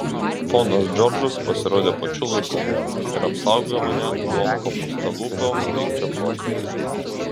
ponas džordžas pasirodė pačiu laiku ir apsaugojo mane nuo papūstalūpio pykčio protrūkio